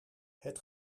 het